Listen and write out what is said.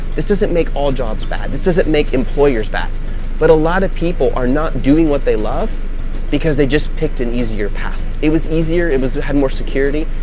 this doesn't make all jobs bad, this does it, make employers back but a lot of people are not doing what they love because they just picked an easier path. it was easier, it had more security,